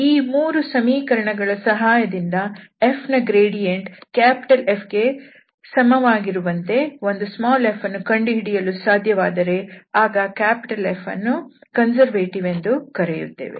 ಈ ಮೂರು ಸಮೀಕರಣಗಳ ಸಹಾಯದಿಂದ f ನ ಗ್ರೇಡಿಯಂಟ್ F ಗೆ ಸಮವಾಗಿರುವಂತೆ ಒಂದು f ಅನ್ನು ಕಂಡುಹಿಡಿಯಲು ಸಾಧ್ಯವಾದರೆ ಆಗ ನಾವು Fಅನ್ನು ಕನ್ಸರ್ವೇಟಿವ್ ಎಂದು ಕರೆಯುತ್ತೇವೆ